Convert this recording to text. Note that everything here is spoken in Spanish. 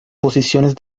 posiciones